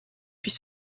puis